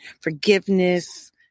forgiveness